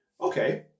okay